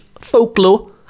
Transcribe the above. folklore